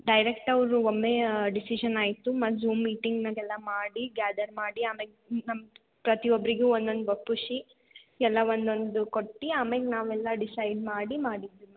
direct ಅವರು ಒಮ್ಮೆ decision ಆಯಿತು ಮತ್ತೆ ಝೂಮ್ ಮೀಟಿಂಗ್ನಾಗೆಲ್ಲ ಮಾಡಿ ಗ್ಯಾದರ್ ಮಾಡಿ ಆಮ್ಯಾಲ್ ನಮ್ಮ ಪ್ರತಿಯೊಬ್ಬರಿಗೂ ಒಂದೊಂದು ಒಪ್ಪಿಶಿ ಎಲ್ಲ ಒಂದೊಂದು ಕೊಟ್ಟು ಆಮ್ಯಾಲ್ ನಾವೆಲ್ಲ ಡಿಸೈಡ್ ಮಾಡಿ ಮಾಡಿದ್ದು ಮ್ಯಾಮ್